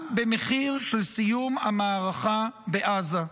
גם במחיר של סיום המערכה בעזה.